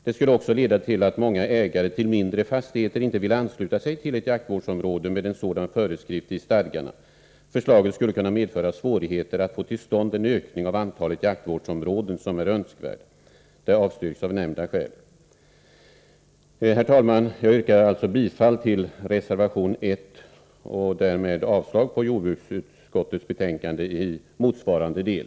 Det skulle också leda till att många ägare till mindre fastigheter inte ville ansluta sig till ett jaktvårdsområde med en sådan föreskrift i stadgarna. Förslaget skulle kunna medföra svårigheter att få till stånd den ökning av antalet jaktvårdsområden som är önskvärd. Det avstyrks av nämnda skäl.” Herr talman! Jag yrkar bifall till reservation 1 och därmed avslag på jordbruksutskottets hemställan i motsvarande del.